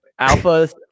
alphas